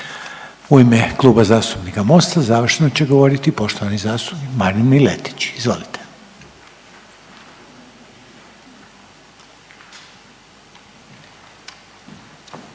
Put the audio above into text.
U ime Kluba zastupnika MOST-a završno će govoriti poštovani zastupnik Marin Miletić. Izvolite.